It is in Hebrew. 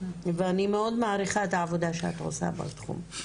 ואני מאוד מעריכה את העבודה שאת עושה בתחום.